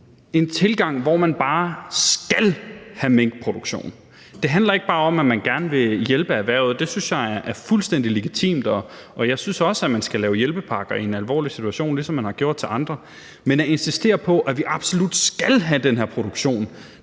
den tilgang, at man bare skal have en minkproduktion. Det handler ikke bare om, at man gerne vil hjælpe erhvervet. Det synes jeg er fuldstændig legitimt, og jeg synes også, at man skal lave hjælpepakker i en alvorlig situation, ligesom man har gjort det til andre. Men at insistere på, at vi absolut skal have den her produktion